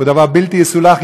הן דבר בלתי יסולח,